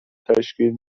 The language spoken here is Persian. تشکیل